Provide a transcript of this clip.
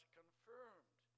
confirmed